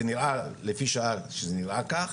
לפי שעה זה נראה כך.